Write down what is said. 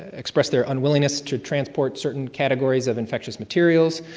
expressed their unwillingness to transport certain categories of infectious materials.